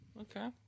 Okay